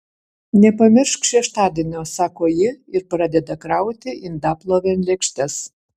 nepamiršk šeštadienio sako ji ir pradeda krauti indaplovėn lėkštes